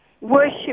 worship